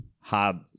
hard